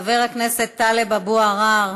חבר הכנסת טלב אבו עראר,